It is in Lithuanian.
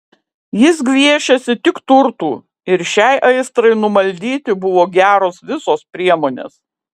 jis gviešėsi tik turtų ir šiai aistrai numaldyti buvo geros visos priemonės